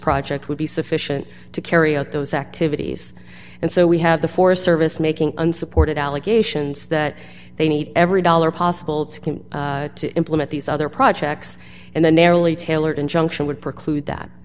project would be sufficient to carry out those activities and so we have the forest service making unsupported allegations that they need every dollar possible to implement these other projects and the narrowly tailored injunction would preclude that